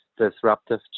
disruptive